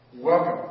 Welcome